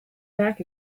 back